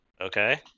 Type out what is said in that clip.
Okay